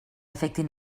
afectin